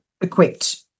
equipped